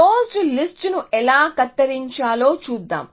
closed list ను ఎలా కత్తిరించాలో చూద్దాం